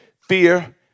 Fear